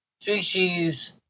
species